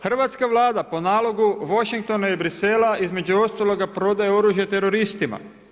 Hrvatska Vlada po nalogu Washingtona i Bruxellesa, između ostaloga prodaje oružje teroristima.